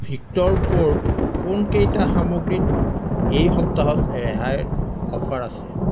Victor প্ৰ'ৰ কোনকেইটা সামগ্ৰীত এই সপ্তাহত ৰেহাইৰ অফাৰ আছে